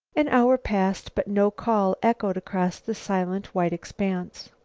an hour passed, but no call echoed across the silent white expanse.